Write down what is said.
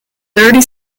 third